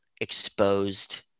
exposed